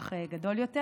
במהלך גדול יותר.